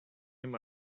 him